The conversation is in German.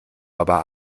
aber